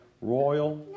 royal